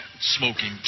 smoking